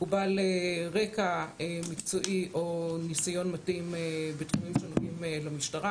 הוא בעל רקע מקצועי או ניסיון מתאים בתחומים שנוגעים למשטרה